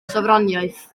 sofraniaeth